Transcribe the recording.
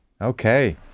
Okay